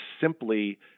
simply